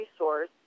resource